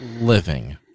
living